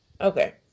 okay